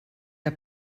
der